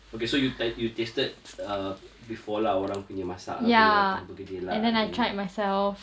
okay so you t~ so you tasted uh before lah orang punya masak ke apa tahu bagedil lah tried it